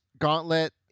gauntlet